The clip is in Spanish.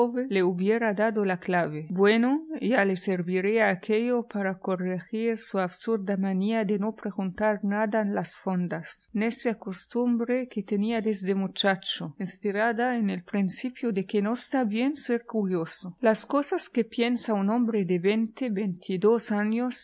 le hubiera dado la clave bueno ya le servilla aquello para corregir su absurda manía de no preguntar nada en las fondas necia costumbre que tenía desde muchacho inspirada en el principio de que no está bien ser curioso las cosas que piensa un hombre de veinte r veintidós añosdecíarespecto